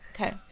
Okay